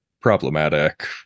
problematic